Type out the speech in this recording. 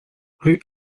rue